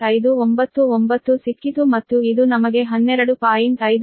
599 ಸಿಕ್ಕಿತು ಮತ್ತು ಇದು ನಮಗೆ 12